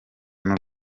n’u